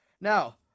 Now